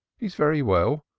he is very well,